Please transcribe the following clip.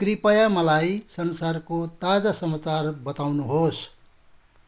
कृपया मलाई संसारको ताजा समाचार बताउनुहोस्